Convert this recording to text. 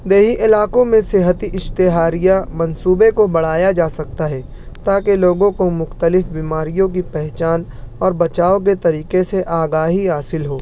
دیہی علاقوں میں صحتی اشتہاریہ منصوبے کو بڑھایا جا سکتا ہے تاکہ لوگوں کو مختلف بیماریوں کی پہچان اور بچاؤ کے طریقے سے آگاہی حاصل ہو